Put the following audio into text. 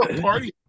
party